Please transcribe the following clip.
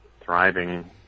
thriving